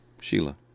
Sheila